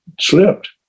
slipped